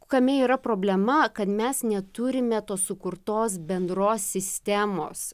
kame yra problema kad mes neturime tos sukurtos bendros sistemos